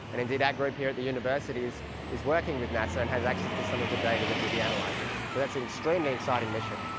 and indeed our group here at the university is is working with nasa and has access to some of the data that we'll be and like analysing. so that's an extremely exciting mission.